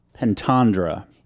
Pentandra